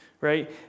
right